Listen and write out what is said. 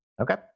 Okay